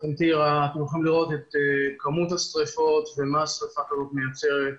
אנחנו יכולים לראות את כמות השריפות ומה שריפה כזאת מייצרת,